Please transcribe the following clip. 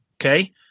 Okay